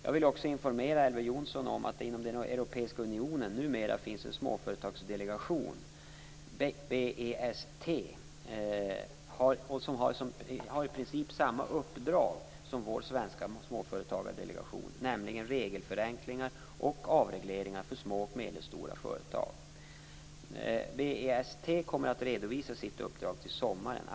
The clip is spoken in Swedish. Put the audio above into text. Jag vill också informera Elver Jonsson om att det inom Europeiska unionen numera finns en småföretagsdelegation, BEST, Business environment simplification task force, som har i princip samma uppdrag som vår svenska Småföretagsdelegation, nämligen regelförenkling och avreglering för små och medelstora företag. BEST kommer att redovisa sitt uppdrag till sommaren.